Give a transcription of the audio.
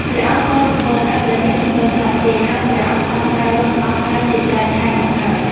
ព្រះអង្គក៏សំគាល់ថា ព្រះនាងមិនទាន់ស្លាប់ទេ ហើយព្រះអង្គខំដើររកអស់កាលជាច្រើនខែមកហើយ ។